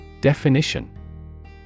Definition